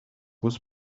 was